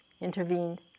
intervened